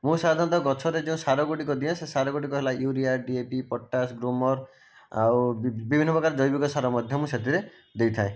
ମୁଁ ସାଧାରଣତଃ ଗଛରେ ଯେଉଁ ସାର ଗୁଡ଼ିକ ଦିଏ ସେ ସାର ଗୁଡ଼ିକ ହେଲା ୟୁରିଆ ଡିଏପି ପୋଟାଶ ଗ୍ରୋମର ଆଉ ବିଭିନ୍ନ ପ୍ରକାର ଜୈବିକ ସାର ମଧ୍ୟ ମୁଁ ସେଥିରେ ଦେଇଥାଏ